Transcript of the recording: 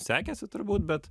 sekėsi turbūt bet